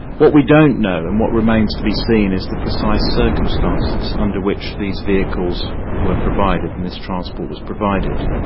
what we don't know, and what remains to be seen, is the precise circumstances under which these vehicles were provided and this transport was provided.